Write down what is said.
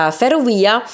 ferrovia